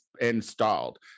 installed